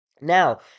Now